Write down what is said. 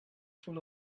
full